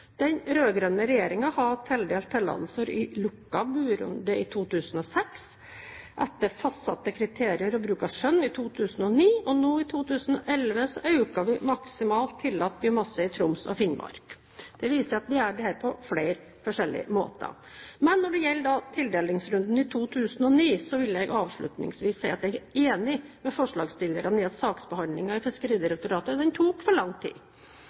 Den rød-grønne regjeringen har tildelt tillatelser i lukket budrunde i 2006, etter fastsatte kriterier og bruk av skjønn i 2009, og nå i 2011 øker vi maksimalt tillatt biomasse i Troms og Finnmark. Det viser at vi gjør dette på flere forskjellige måter. Når det gjelder tildelingsrunden i 2009, vil jeg avslutningsvis si at jeg er enig med forslagsstillerne i at saksbehandlingen i Fiskeridirektoratet tok for lang tid.